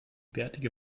bärtige